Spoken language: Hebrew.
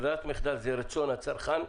ברירת המחדל הוא רצון הצרכן.